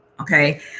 okay